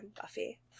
Buffy